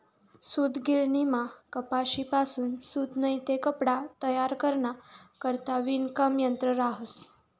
सूतगिरणीमा कपाशीपासून सूत नैते कपडा तयार कराना करता विणकाम यंत्र रहास